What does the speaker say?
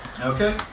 Okay